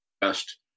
best